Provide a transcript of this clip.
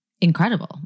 incredible